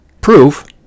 proof